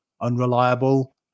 unreliable